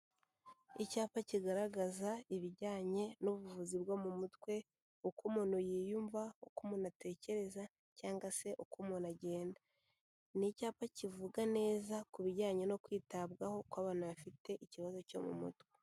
Icyapa kigaragaza ibijyanye n'ubuvuzi bwo mu mutwe, uko umuntu yiyumva, uko umuntu atekereza cyangwa se uko umuntu agenda, ni icyapa kivuga neza ku bijyanye no kwitabwaho kw'abantu bafite ikibazo cyo mu mutwe.